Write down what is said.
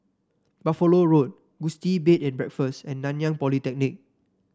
Buffalo Road Gusti Bed and Breakfast and Nanyang Polytechnic